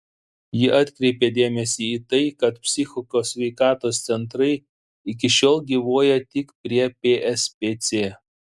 ji atkreipė dėmesį į tai kad psichikos sveikatos centrai iki šiol gyvuoja tik prie pspc